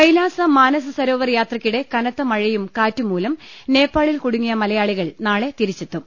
കൈലാസ മാനസസരോവർ യാത്രക്കിടെ കനത്തമഴയും കാറ്റും മൂലം നേപ്പാളിൽ കുടുങ്ങിയ മലയാളികൾ നാളെ തിരിച്ചെത്തും